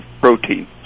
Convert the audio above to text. protein